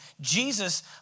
Jesus